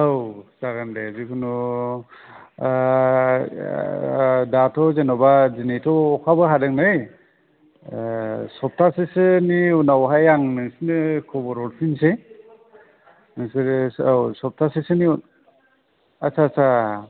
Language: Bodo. औ जागोन दे जिखुनु दाथ' जेन'बा दिनैथ' अखाबो हादों नै सफ्था सेसोनि उनावहाय आं नोंसिनो खबर हरफिनसै नोंसोरो औ सफ्था सेसोनि उनाव आदसा आदसा